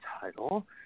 title